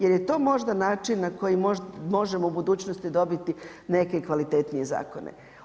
Jel' je to možda način na koji možemo u budućnosti dobiti neke kvalitetnije zakone.